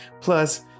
Plus